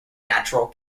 natural